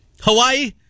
Hawaii